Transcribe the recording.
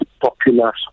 popular